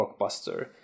blockbuster